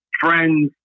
friends